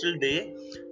day